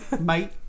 Mate